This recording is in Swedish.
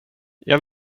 jag